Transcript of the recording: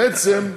בעצם,